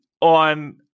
on